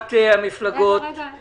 אני